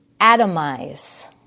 atomize